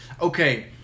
okay